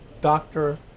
doctor